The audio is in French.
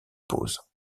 pause